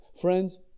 Friends